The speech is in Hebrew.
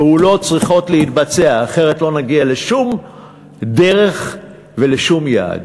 פעולות צריכות להתבצע אחרת לא נגיע לשום דרך ולשום יעד.